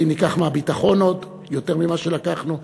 האם ניקח מהביטחון עוד, יותר ממה שלקחנו?